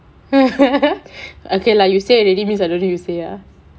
okay lah you said already means I don't need to say lah